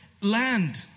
land